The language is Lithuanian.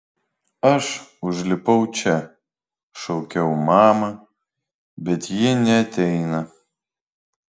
aš užlipau čia šaukiau mamą bet ji neateina